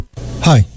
Hi